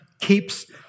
keeps